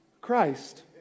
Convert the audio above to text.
Christ